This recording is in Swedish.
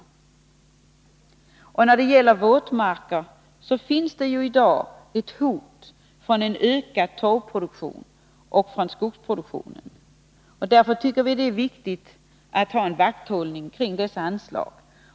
När det gäller våtmarkerna finns i dag ett hot från en ökad torvproduktion och från skogsproduktionen. Därför tycker vi det är viktigt att slå vakt om dessa anslag.